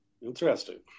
Interesting